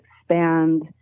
expand